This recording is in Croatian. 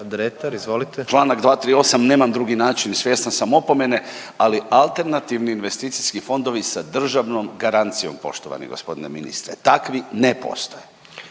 **Dretar, Davor (DP)** Čl. 238. Nemam drugi način i svjestan sam opomene ali alternativni investicijski fondovi sa državnom garancijom poštovani gospodine ministre. Takvi ne postoje.